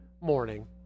morning